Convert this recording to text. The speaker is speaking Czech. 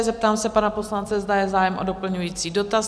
Zeptám se pana poslance, zda je zájem o doplňující dotaz?